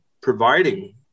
providing